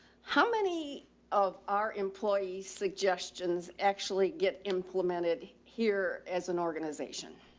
how many of our employees suggestions actually get implemented here as an organization?